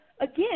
again